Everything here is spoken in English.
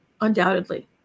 undoubtedly